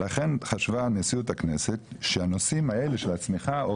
חשבה נשיאות הכנסת עופר,